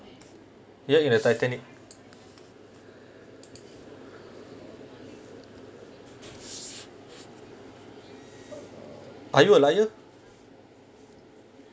ya in the titanic are you a liar